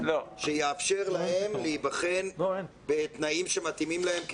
שיאפשר להם להיבחן בתנאים שמתאימים להם,